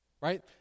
Right